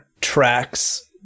tracks